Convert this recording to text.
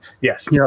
Yes